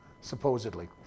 supposedly